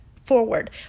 forward